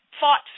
fought